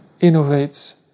innovates